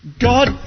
God